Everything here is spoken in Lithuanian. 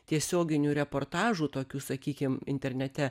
tiesioginių reportažų tokių sakykim internete